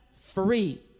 free